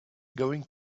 going